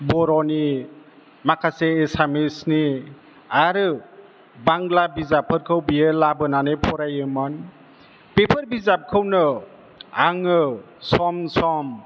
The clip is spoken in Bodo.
बर'नि माखासे एसामिसनि आरो बांला बिजाबफोरखौ बियो लाबोनानै फरायोमोन बेफोर बिजाबखौनो आङो सम सम